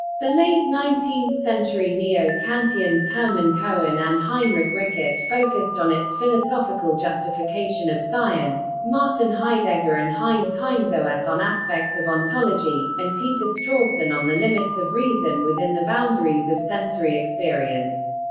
the late nineteenth century neo-kantians hermann cohen and heinrich rickert focused on its philosophical justification of science, martin heidegger and heinz heimsoeth on aspects of ontology, and peter strawson on the limits of reason within the boundaries of sensory experience.